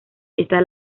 esta